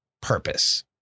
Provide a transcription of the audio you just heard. purpose